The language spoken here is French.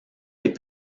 des